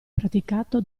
praticato